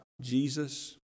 Jesus